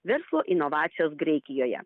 verslo inovacijos graikijoje